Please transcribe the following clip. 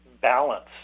balance